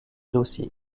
dossiers